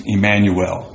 Emmanuel